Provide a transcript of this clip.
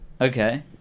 Okay